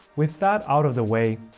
with that out of the way,